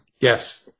Yes